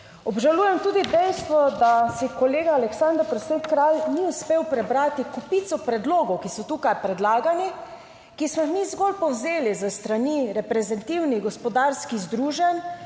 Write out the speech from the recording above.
Obžalujem tudi dejstvo, da si kolega Aleksander Prosen Kralj ni uspel prebrati kopico predlogov, ki so tukaj predlagani, ki smo jih mi zgolj povzeli s strani reprezentativnih gospodarskih združenj,